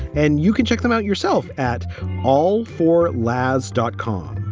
and you can check them out yourself at all for labs dot com.